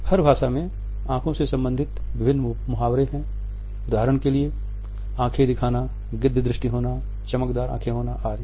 हर भाषा में आंखों से संबंधित विभिन्न मुहावरे हैं उदाहरण के लिए आँखें दिखाना गिद्धि दृष्टि होना चमकदार आँखें होना आदि